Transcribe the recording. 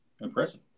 impressive